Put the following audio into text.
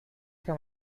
kann